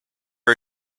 are